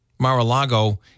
Mar-a-Lago